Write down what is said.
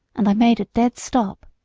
and i made a dead stop.